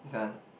this one